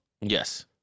Yes